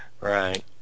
Right